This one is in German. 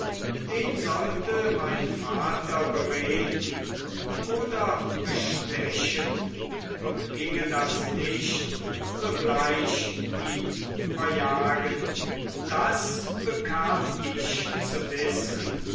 den sollte mein vater bereden oder bestechen und ginge das nicht sogleich ihn verjagen das bekam ich zu wissen